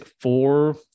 four